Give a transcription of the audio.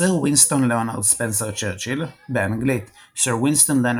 סר וינסטון לאונרד ספנסר-צ'רצ'יל באנגלית Sir Winston Leonard